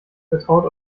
vertraut